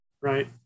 right